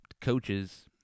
coaches